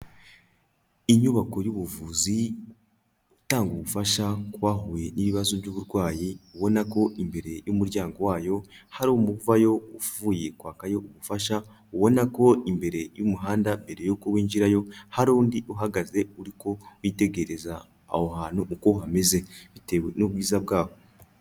Inyubako y'ubuvuzi itanga ubufasha ku bahuye n'ibibazo by'uburwayi, ubona ko imbere y'umuryango wayo hari umuntu uvayo uvuye kwakayo ubufasha, ubona ko imbere y'umuhanda mbere yuko winjirayo hari undi uhagaze uriko witegereza, aho hantu uko hameze bitewe n'ubwiza bwaho.